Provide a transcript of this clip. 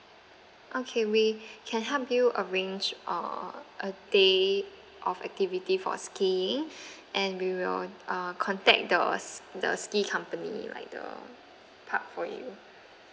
okay we can help you arrange uh a day of activity for skiing and we will uh contact the s~ the ski company like the park for you